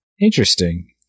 Interesting